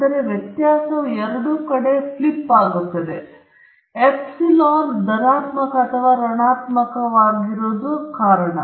ಆದ್ದರಿಂದ ವ್ಯತ್ಯಾಸವು ಎರಡೂ ಆಗಿರಬಹುದು ಎಪ್ಸಿಲೋನ್ ನಾನು ಧನಾತ್ಮಕ ಅಥವಾ ನಕಾರಾತ್ಮಕವಾಗಿರಬಹುದು ಕಾರಣ